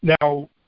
Now